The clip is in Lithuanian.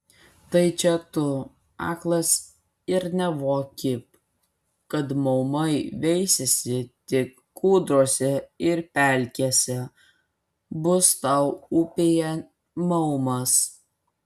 tai čia tu aklas ir nevoki kad maumai veisiasi tik kūdrose ir pelkėse bus tau upėje maumas